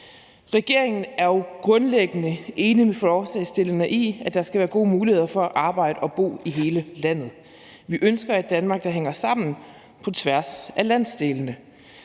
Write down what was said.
Regeringen er jo grundlæggende enige med forslagsstillerne i, at der skal være gode muligheder for at arbejde og bo i hele landet. Vi ønsker et Danmark, der hænger sammen på tværs af landsdelene.